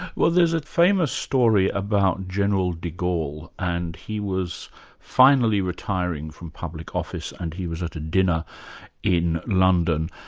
well there's a famous story about general de gaulle, and he was finally retiring from public office and he was at a dinner in london,